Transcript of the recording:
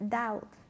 doubt